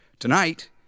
Tonight